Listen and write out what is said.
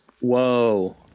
Whoa